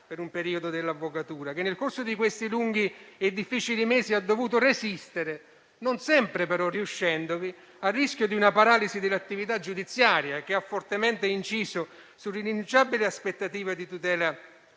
per un periodo dell'avvocatura - che nel corso di questi lunghi e difficili mesi ha dovuto resistere, non sempre però riuscendovi, al rischio di una paralisi dell'attività giudiziaria, che ha fortemente inciso sulle irrinunciabili aspettative di tutela